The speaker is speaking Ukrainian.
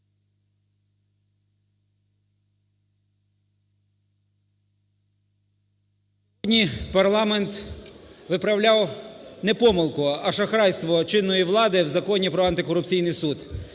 Сьогодні парламент виплавляв не помилку, а шахрайство чинної влади в Законі про антикорупційний суд.